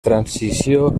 transició